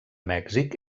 mèxic